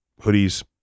hoodies